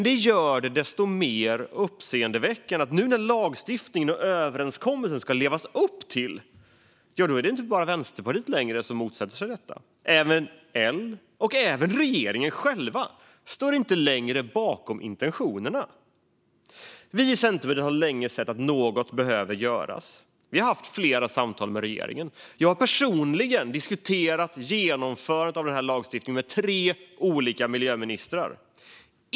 Det gör det desto mer uppseendeväckande att när lagstiftningen och överenskommelsen nu ska levas upp till är det inte längre bara Vänsterpartiet som motsätter sig detta. Varken L eller regeringen själv står längre bakom intentionerna. Vi i Centerpartiet har länge sett att något behöver göras. Vi har haft flera samtal med regeringen. Vi har personligen diskuterat genomförandet av lagstiftningen med tre olika miljöministrar.